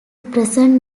present